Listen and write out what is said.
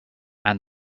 and